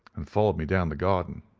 and followed me down the garden.